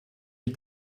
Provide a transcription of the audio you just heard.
die